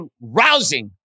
rousing